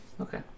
Okay